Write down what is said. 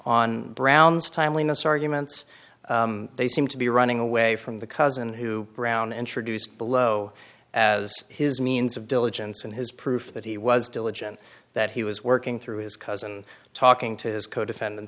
on brown's timeliness arguments they seem to be running away from the cousin who brown introduced below as his means of diligence and his proof that he was diligent that he was working through his cousin talking to his co defend